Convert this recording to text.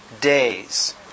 days